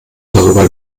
darüber